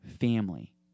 family